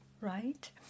right